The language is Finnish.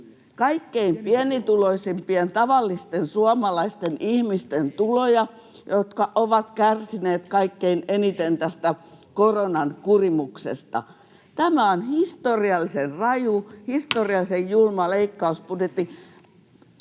kaikkein pienituloisimpien, tavallisten suomalaisten ihmisten tuloja, jotka ovat kärsineet kaikkein eniten tästä koronan kurimuksesta. Tämä on historiallisen raju, historiallisen julma leikkausbudjetti.